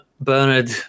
Bernard